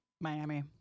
miami